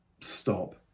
stop